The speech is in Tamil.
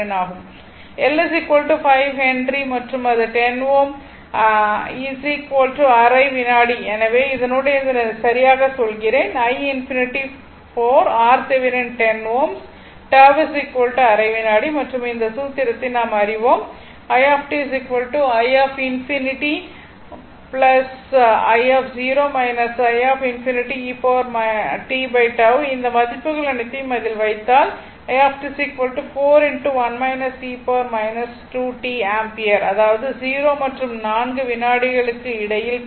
L 5 ஹென்றி மற்றும் அது 10 Ω அரை வினாடி எனவே இதனுடன் இதை நான் சரியாகச் சொல்கிறேன் i∞ 4 RThevenin 10 Ω τ அரை வினாடி மற்றும் இந்த சூத்திரத்தை நாம் அறிவோம் இந்த மதிப்புகள் அனைத்தையும் அதில் வைத்தால் ஆம்பியர் அதாவது 0 மற்றும் 4 வினாடிகளுக்கு இடையில் பெறுவோம்